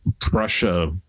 Prussia